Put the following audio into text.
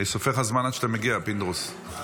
לך זמן עד שתגיע, פינדרוס.